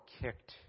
kicked